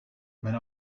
wenn